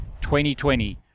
2020